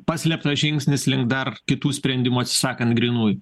paslėptas žingsnis link dar kitų sprendimų atsisakant grynųjų